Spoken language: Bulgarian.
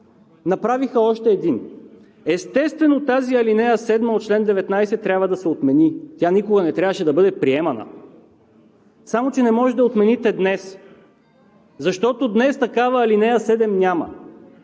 направиха още един. Естествено, тази ал. 7 от чл. 19 трябва да се отмени. Тя никога не трябваше да бъде приемана. Само че не можете да я отмените днес, защото днес такава ал. 7 няма.